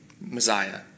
Messiah